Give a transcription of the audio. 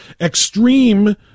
extreme